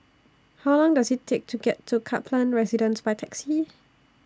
How Long Does IT Take to get to Kaplan Residence By Taxi